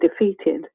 defeated